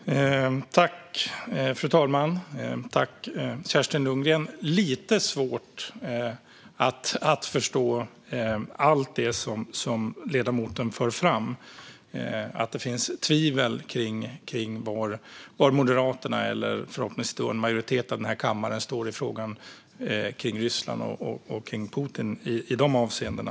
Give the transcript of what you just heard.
Fru talman! Jag tackar Kerstin Lundgren för detta. Jag har lite svårt att förstå allt det som ledamoten för fram om att det finns tvivel kring var Moderaterna, eller förhoppningsvis majoriteten i denna kammare, står i frågan kring Ryssland och kring Putin i dessa avseenden.